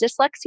dyslexia